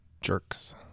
Jerks